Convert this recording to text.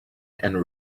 and